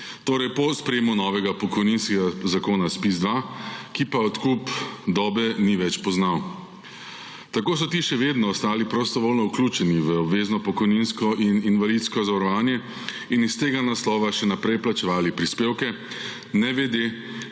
to je po sprejetju novega pokojninskega zakona ZPIZ-2, ki pa dokupa dobe ni več poznal. Tako so ti še vedno ostali prostovoljno vključeni v obvezno pokojninsko in invalidsko zavarovanje ter iz tega naslova še naprej plačevali prispevke, ne vedoč,